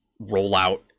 rollout